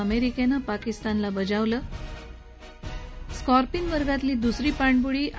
अमेरिकेनं पाकिस्तानला सांगितलं स्कॉर्पिन वर्गातली दूसरी पाणबुडी आ